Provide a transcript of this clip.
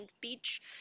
beach